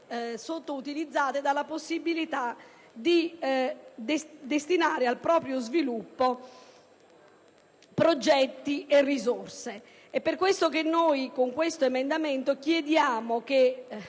sottoutilizzate dalla possibilità di destinare al proprio sviluppo progetti e risorse. È per questo motivo che con l'emendamento 3.301 chiediamo -